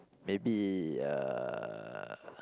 maybe uh